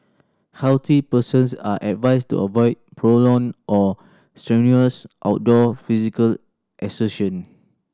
healthy persons are advised to avoid prolonged or strenuous outdoor physical exertion